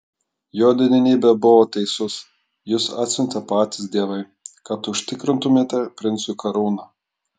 jo didenybė buvo teisus jus atsiuntė patys dievai kad užtikrintumėte princui karūną